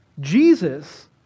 Jesus